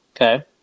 Okay